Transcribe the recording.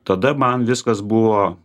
tada man viskas buvo